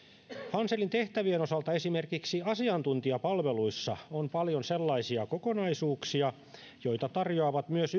hanselin tehtävien osalta esimerkiksi asiantuntijapalveluissa on paljon sellaisia kokonaisuuksia joita tarjoavat myös